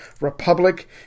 republic